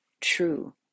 true